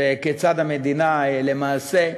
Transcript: כיצד המדינה למעשה,